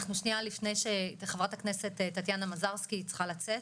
אנחנו שנייה לפני שחברת הכנסת טטיאנה מזרסקי צריכה לצאת,